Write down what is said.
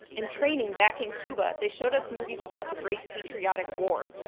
in training, back in cuba, they showed us movies about the great patriotic war,